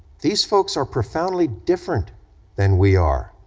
these folks are profoundly different than we are,